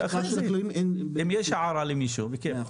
ואם יש הערה למישהו בכייף.